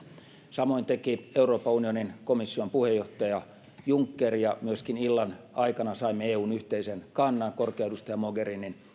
samoin teki euroopan unionin komission puheenjohtaja juncker ja illan aikana saimme myöskin eun yhteisen kannan korkean edustajan mogherinin